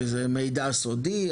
יש איזה מידע סודי,